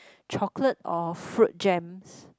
chocolate or fruit jams